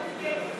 אי-אמון